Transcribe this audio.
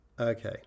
okay